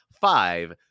five